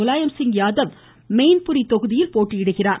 முலாயம்சிங் யாதவ் மெயின்புரி தொகுதியில் போட்டியிடுகிறார்